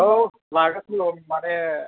औ लागासिनो दं माने